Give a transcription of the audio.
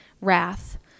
wrath